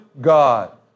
God